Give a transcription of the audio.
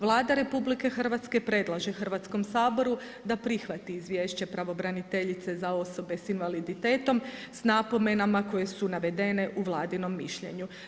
Vlada RH predlažem Hrvatskom saboru da prihvati Izvješće pravobraniteljice za osobe s invaliditetom s napomenama koje su navedene u vladinom mišljenju.